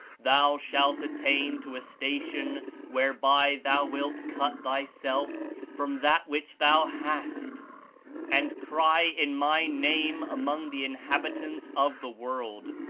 thou shalt attain to a station whereby thou wilt cut thyself from that which thou hast and cry in my name among the inhabitants of the world.